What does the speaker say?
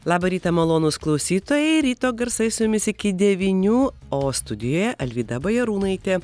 labą rytą malonūs klausytojai ryto garsai su jumis iki devynių o studijoje alvyda bajarūnaitė